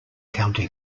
county